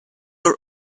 are